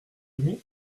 demi